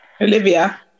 Olivia